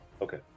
Okay